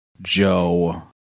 Joe